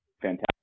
fantastic